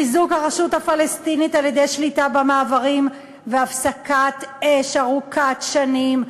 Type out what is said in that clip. חיזוק הרשות הפלסטינית על-ידי שליטה במעברים והפסקת אש ארוכת שנים,